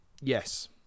Yes